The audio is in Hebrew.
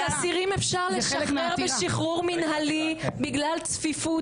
אבל אסירים אפשר לשחרר בשחרור מינהלי בגלל צפיפות.